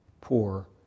poor